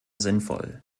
sinnvoll